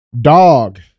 Dog